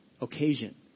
occasion